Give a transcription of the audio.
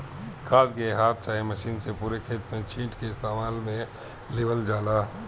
खाद के हाथ चाहे मशीन से पूरे खेत में छींट के इस्तेमाल में लेवल जाला